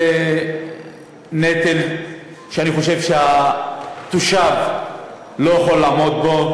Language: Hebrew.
זה נטל שאני חושב שהתושב לא יכול לעמוד בו.